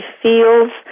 feels